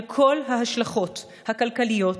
על כל ההשלכות הבריאותיות,